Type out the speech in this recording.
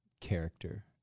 character